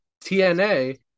TNA